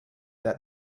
that